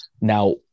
Now